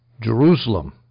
Jerusalem